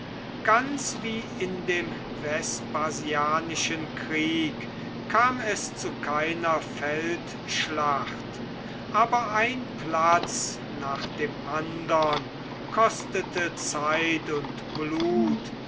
ganz wie in dem vespasianischen krieg kam es zu keiner feldschlacht aber ein platz nach dem andern kostete zeit und blut